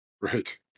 Right